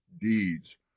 deeds